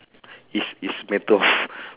is is matter of